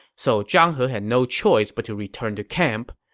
so zhang he had no choice but to return to camp.